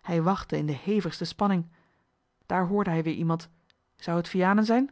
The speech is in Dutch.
hij wachtte in de hevigste spanning daar hoorde hij weer iemand zou het vianen zijn